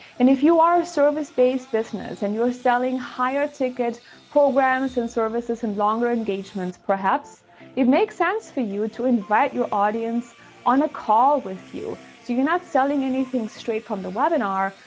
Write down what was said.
and if you are a service based business and you're selling higher ticket programs and services and longer engagements, perhaps it makes sense for you to invite your audience on a call with you. so you're not selling anything straight from the webinar,